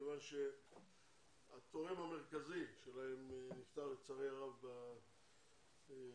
מכיוון שהתורם המרכזי שלהם נפטר לצערי הרב בקורונה,